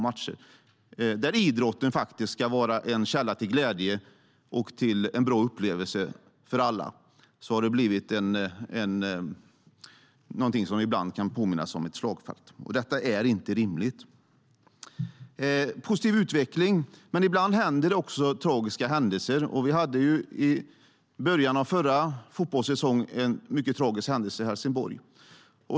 När idrotten ska vara en källa till glädje och en bra upplevelse för alla har arenorna ibland kunnat påminna om ett slagfält, och det är inte rimligt. Det är alltså en positiv utveckling, men ibland sker tragiska händelser. I början av förra fotbollssäsongen hade vi en mycket tragisk händelse i Helsingborg.